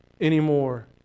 anymore